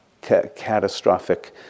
catastrophic